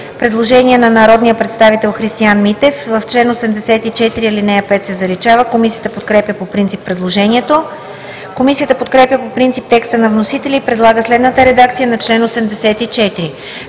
Предложение на народния представител Христиан Митев. Комисията подкрепя по принцип предложението. Комисията подкрепя по принцип текста на вносителя и предлага следната редакция на чл.